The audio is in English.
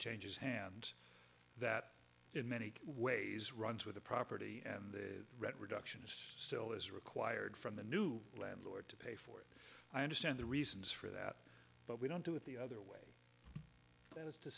changes hands that in many ways runs with the property and the rent reduction is still is required from the new landlord to pay for it i understand the reasons for that but we don't do it the other way that is to